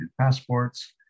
passports